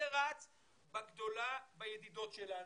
זה רץ בגדולה בידידות שלנו,